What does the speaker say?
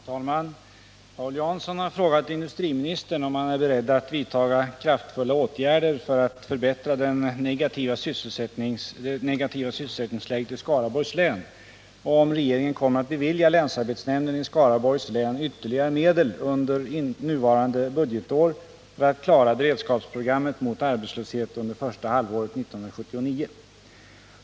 Herr talman! Paul Jansson har frågat industriministern om han är beredd att vidtaga kraftfulla åtgärder för att förbättra det negativa sysselsättningsläget i Skaraborgs län och om regeringen kommer att bevilja länsarbetsnämnden i Skaraborgs län ytterligare medel under nuvarande budgetår för att klara beredskapsprogrammet mot arbetslöshet under första halvåret 1979.